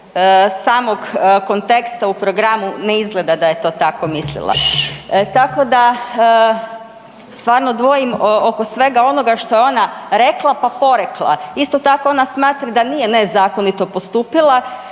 samog konteksta u programu ne izgleda da je to tako mislila. Tako da stvarno dvojim oko svega ono što je ona rekla pa porekla. Isto tako ona smatra da nije nezakonito postupila